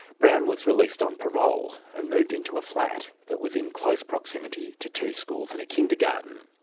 brown was released on parole and moved into a flat that was in close proximity to two schools and a kindergarten.